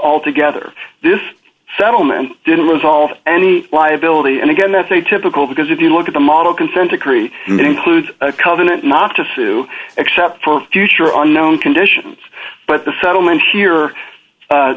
altogether this settlement didn't resolve any liability and again that's a typical because if you look at the model consent decree it includes a covenant not to sue except for future unknown conditions but the settlement here